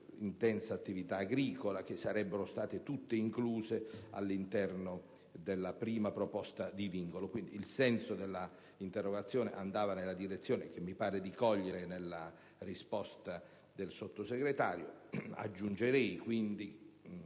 intensa attività agricola, che sarebbero state tutte incluse all'interno della prima proposta di vincolo. Quindi, il senso dell'interrogazione andava nella direzione che mi sembra di cogliere nella risposta del Sottosegretario. Aggiungerei solo